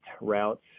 routes